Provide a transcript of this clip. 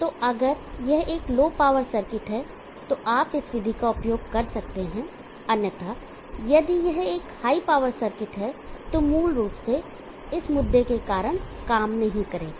तो अगर यह एक लो पावर सर्किट है तो आप इस विधि का उपयोग कर सकते हैं अन्यथा यदि यह एक हाई पावर सर्किट है तो यह मूल रूप से इस मुद्दे के कारण काम नहीं करेगा